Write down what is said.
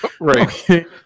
Right